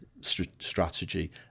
strategy